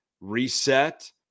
reset